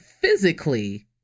physically